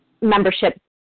membership